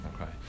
Okay